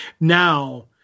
now